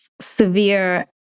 severe